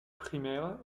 primaire